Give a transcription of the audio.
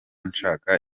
nshaka